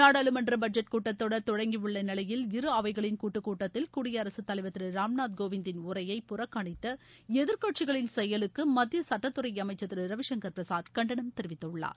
நாடாளுமன்ற பட்ஜெட் கூட்டத்தொடர் தொடங்கியுள்ள நிலையில் இரு அவைகளின் கூட்டுக் கூட்டத்தில் குடியரகத் தலைவர் திரு ராம்நாத் கோவிந்தின் உரையை புறக்கனித்த எதிர்கட்சிகளின் செயலுக்கு மத்திய சுட்டத்துறை அமைச்சர் திரு ரவிசுங்கர் பிரசாத் கண்டனம் தெரிவித்துள்ளார்